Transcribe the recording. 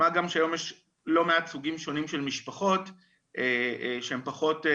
מה גם שהיו יש לא מעט סוגים שונים של משפחות שהן פחות,